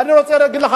ואני רוצה להגיד לך,